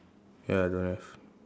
ya I don't have